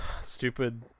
stupid